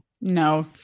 No